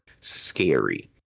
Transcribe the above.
scary